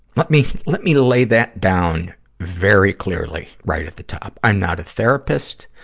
let me, let me lay that down very clearly, right at the top. i'm not a therapist.